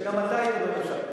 וגם אתה היית בממשלה הקודמת.